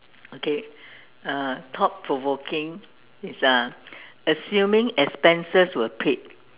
okay uh thought provoking is uh assuming expenses were paid